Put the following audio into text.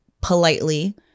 politely